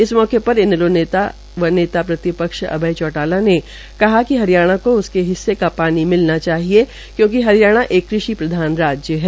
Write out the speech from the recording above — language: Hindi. इस मौके पर इनैलो नेता व नेता प्रतिपक्ष अभय चौटाला ने कहा कि हरियाणा को उसके हिससे का पानी मिलना चाहिए क्योंकि हरियाणा एक कृषि प्रधान राज्य है